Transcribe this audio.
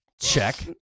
Check